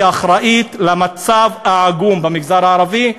אחראית למצב העגום במגזר הערבי,